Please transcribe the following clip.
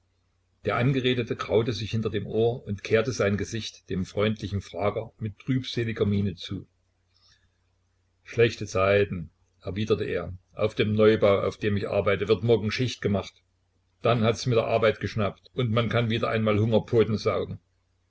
der angeredete kraute sich hinter dem ohr und kehrte sein gesicht dem freundlichen frager mit trübseliger miene zu schlechte zeiten erwiderte er auf dem neubau auf dem ich arbeite wird morgen schicht gemacht dann hat's mit der arbeit geschnappt und man kann wieder einmal hungerpoten saugen